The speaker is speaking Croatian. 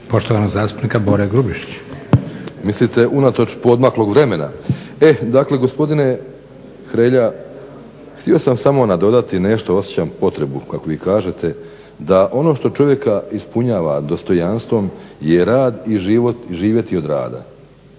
poštovanog zastupnika Bore Grubišića. **Grubišić, Boro (HDSSB)** Mislite unatoč poodmaklog vremena. E dakle gospodine Hrelja htio sam samo nadodati nešto, osjećam potrebu kako vi kažete da ono što čovjeka ispunjava dostojanstvom je rad i živjeti od rada,